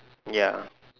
ya